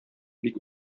бик